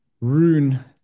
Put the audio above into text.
rune